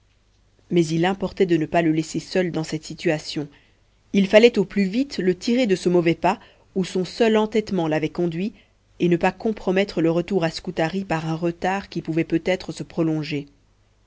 mais il importait de ne pas le laisser seul dans cette situation il fallait au plus vite le tirer de ce mauvais pas où son seul entêtement l'avait conduit et ne pas compromettre le retour à scutari par un retard qui pouvait peut-être se prolonger